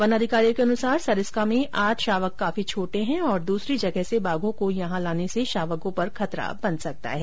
one अधिकारियों के अनुसार सरिस्का में आठ शावक काफी छोटे हैं और दूसरी जगह से बाघों को यहां लाने से शावकों पर खतरा बन सकता है